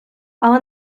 але